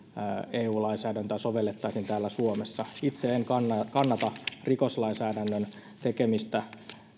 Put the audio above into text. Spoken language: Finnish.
eu lainsäädäntöä sovellettaisiin täällä suomessa itse en kannata kannata rikoslainsäädännön tekemistä